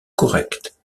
correct